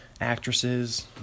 actresses